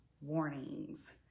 warnings